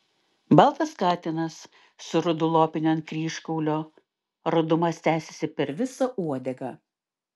baltas katinas su rudu lopiniu ant kryžkaulio rudumas tęsėsi per visą uodegą